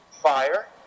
fire